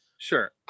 Sure